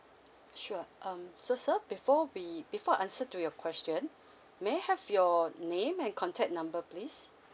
sure um so sir before we before I answer to your question may I have your name and contact number please